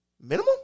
Minimum